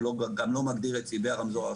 הוא גם לא מגדיר את צבעי הרמזור,